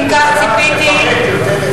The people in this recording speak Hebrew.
אם את יכולה לפרט את הנושא הזה.